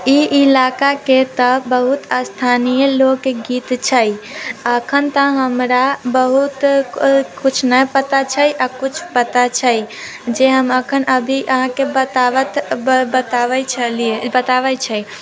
ई इलाका के तऽ बहुत स्थानीय लोगगीत छै अखन तऽ हमरा बहुत किछु नहि पता छै आ किछु पता छै जे हम अखन अभी अहाँके बताबऽत बताबै छलिए बताबै छै